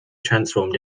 transformed